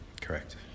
Correct